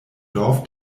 dorf